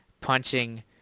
punching